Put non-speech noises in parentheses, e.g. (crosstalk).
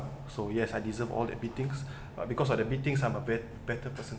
so yes I deserve all that beatings (breath) but because of the beatings I'm a bet~ better person